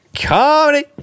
comedy